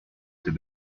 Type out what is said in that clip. ses